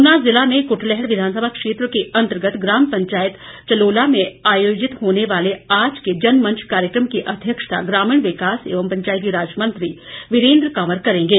ऊना जिला में कुटलैहड़ विधानसभा क्षेत्र के अंतर्गत ग्राम पंचायत चलोला में आयोजित होने वाले आज के जनमंच कार्यक्रम की अध्यक्षता ग्रामीण विकास एवं पंचायती राज मंत्री वीरेंद्र कंवर करेंगे